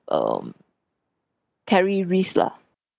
um carry risk lah